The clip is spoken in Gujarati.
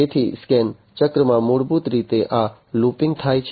તેથી સ્કેન ચક્રમાં મૂળભૂત રીતે આ લૂપિંગ થાય છે